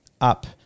up